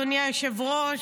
אדוני היושב-ראש,